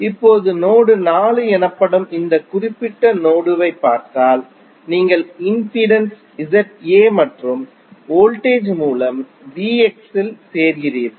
இப்போது நோடு 4 எனப்படும் இந்த குறிப்பிட்ட நோடு ஐப் பார்த்தால் நீங்கள் இம்பிடன்ஸ் ZA மற்றும் வோல்டேஜ் மூலம் VX இல் சேர்கிறீர்கள்